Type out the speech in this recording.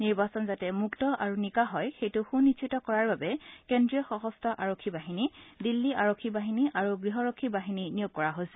নিৰ্বাচন যাতে মুক্ত আৰু নিকা হয় সেইটো সুনিশ্চিত কৰাৰ বাবে কেন্দ্ৰীয় সশস্ত্ৰ আৰক্ষী বাহিনী দিল্লী আৰক্ষী বাহিনী আৰু গৃহৰক্ষী বাহিনী নিয়োগ কৰা হৈছে